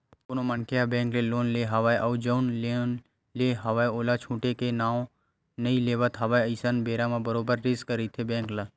कहूँ कोनो मनखे ह बेंक ले लोन ले हवय अउ जउन लोन ले हवय ओला छूटे के नांव नइ लेवत हवय अइसन बेरा म बरोबर रिस्क रहिथे बेंक ल